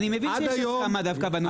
אני מבין שיש הסכמה דווקא בנושא הזה.